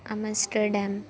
Amsterdam